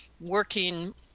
working